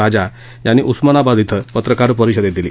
राजा यांनी उस्मानाबाद क्षे पत्रकार परिषदेत दिली